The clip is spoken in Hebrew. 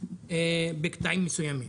בקטעים מסוימים.